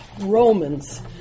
Romans